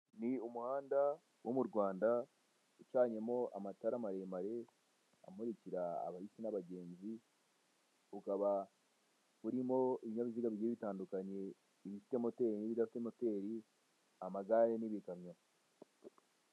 Ni umuhanda wo mu Rwanda, ucanyemo amatara maremare amurikira abahisi n'abagenzi, ukaba urimo ibinyabiziga bigiye bitandukanye: ibifite moteri n'ibidafite moteri, amagare n'ibikamyo.